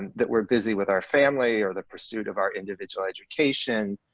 that we're busy with our family or the pursuit of our individual education,